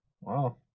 Wow